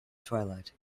twilight